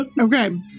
Okay